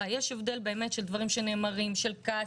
יש הבדל באמת של דברים שנאמרים בכעס,